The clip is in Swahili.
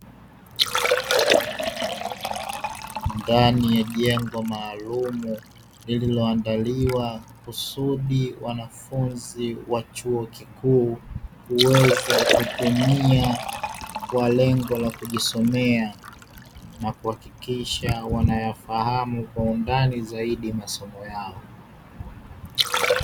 Ndani ya jengo maalumu, lililoandaliwa kusudi wanafunzi wanafunzi wa chuo kikuu kuweza kutumia, kwa lengo la kujisomea, na kuhakikisha wanayafahamu kwa undani zaidi masomo yao.